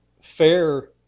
fair